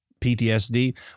PTSD